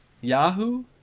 Yahoo